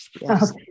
Yes